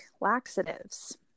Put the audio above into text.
laxatives